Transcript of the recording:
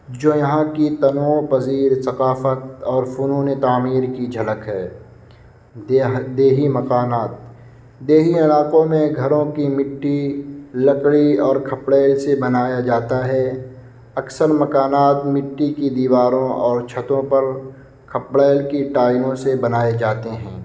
جو یہاں کی تنوع پذیر ثقافت اور فنون تعمیر کی جھلک ہے دیہا دیہی مکانات دیہی علاقوں میں گھروں کی مٹی لکڑی اور کھپڑیل سے بنایا جاتا ہے اکثر مکانات مٹی کی دیواروں اور چھتوں پر کھپڑیل کی ٹائلوں سے بنائے جاتے ہیں